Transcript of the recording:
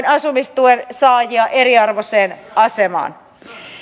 asumistuen saajia eriarvoiseen asemaan